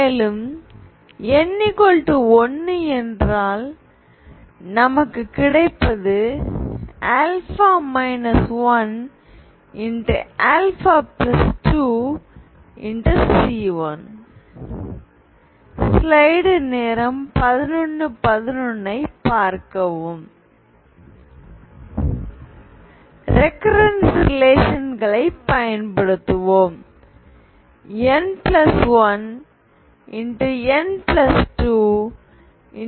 மேலும் n1 என்றால் நமக்கு கிடைப்பது α 1 α2C1 ரெகர்ரேன்ஸ் தொடர்புகளை பயன்படுத்துவோம்